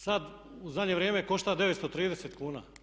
Sad u zadnje vrijeme košta 930 kuna.